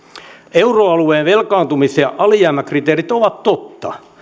euroalueen velkaantumis ja alijäämäkriteerit ovat totta